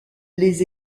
les